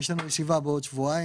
יש לנו ישיבה בעוד שבועיים,